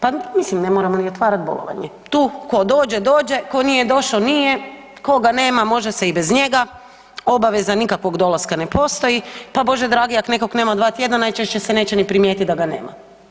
Pa mislim ne moramo ni otvarat bolovanje, tu ko dođe, dođe, ko nije došo nije, koga nema može se i bez njega, obaveza nikakvog dolaska ne postoji, pa bože dragi ako nekog nema dva tjedna najčešće se neće ni primijetiti da ga nema.